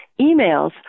emails